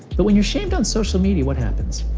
but when you're shamed on social media, what happens?